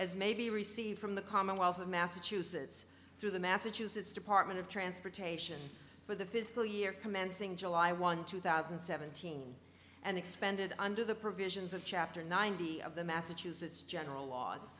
as may be received from the commonwealth of massachusetts through the massachusetts department of transportation for the fiscal year commencing july one two thousand and seventeen and expanded under the provisions of chapter ninety of the massachusetts general laws